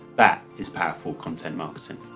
that is powerful content marketing.